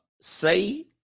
say